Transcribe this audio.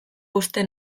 uste